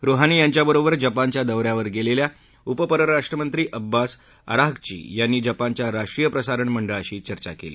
Rouhani यांच्याबरोबर जपानच्या दौऱ्यावर गेलेल्या उप परराष्ट्रमंत्री अब्बास अराधची यांनी जपानच्या राष्ट्रीय प्रसारण मंडळाशी चर्चा केली